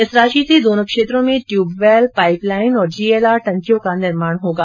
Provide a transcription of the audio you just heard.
इस राशि से दोनों क्षेत्रों में ट्यूबवैल पाईपलाईन और जीएलआर टंकियों का निर्माण होगा